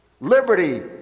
liberty